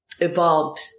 Evolved